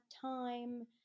time